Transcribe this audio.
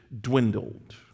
dwindled